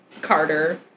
Carter